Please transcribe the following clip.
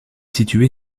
située